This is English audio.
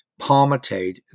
Palmitate